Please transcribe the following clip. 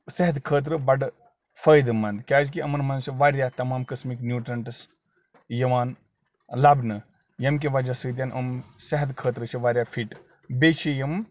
صحت خٲطرٕ بَڑٕ فٲیِدٕ منٛد کیٛازکہِ یِمَن منٛز چھِ واریاہ تَمام قٕسمٕکۍ نیوٗٹرنٛٹٕس یِوان لَبنہٕ ییٚمہِ کہِ وجہ سۭتۍ یِم صحتہٕ خٲطرٕ چھِ واریاہ فِٹ بیٚیہِ چھِ یِم